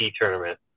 tournament